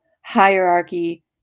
hierarchy